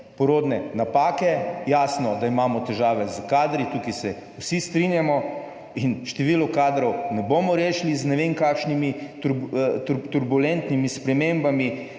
(nadaljevanje) Jasno, da imamo težave s kadri, tukaj se vsi strinjamo. In število kadrov ne bomo rešili z ne vem kakšnimi turbulentnimi spremembami